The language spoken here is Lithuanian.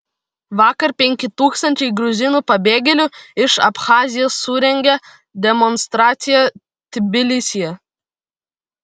vakar penki tūkstančiai gruzinų pabėgėlių iš abchazijos surengė demonstraciją tbilisyje